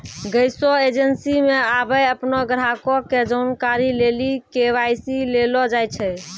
गैसो एजेंसी मे आबे अपनो ग्राहको के जानकारी लेली के.वाई.सी लेलो जाय छै